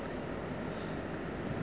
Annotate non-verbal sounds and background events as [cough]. [breath]